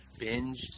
binged